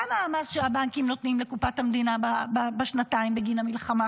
כמה המס שהבנקים נותנים לקופת המדינה בשנתיים בגין המלחמה,